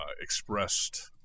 expressed